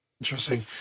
Interesting